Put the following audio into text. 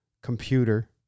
computer